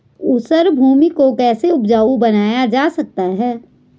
ऊसर भूमि को कैसे उपजाऊ बनाया जा सकता है?